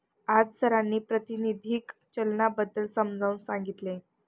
आज सरांनी प्रातिनिधिक चलनाबद्दल समजावून सांगितले